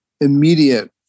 immediate